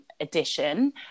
edition